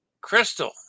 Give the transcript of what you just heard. Crystal